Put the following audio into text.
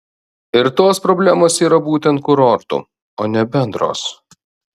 ir tos problemos yra būtent kurortų o ne bendros